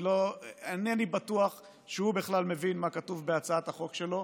כי אינני בטוח שהוא בכלל מבין מה כתוב בהצעת החוק שלו,